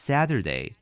Saturday